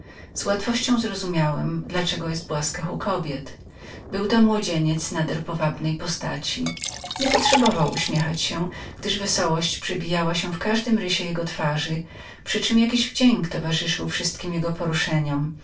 wrażenie natychmiast zrozumiałem dla czego miał łaski u kobiet był to młodzieniec nader powabnej postaci nie potrzebował uśmiechać się gdyż wesołość przebijała się w kazdymkażdym rysie jego twarzy przytem jakiś wdzięk towarzyszył wszystkim jego poruszeniom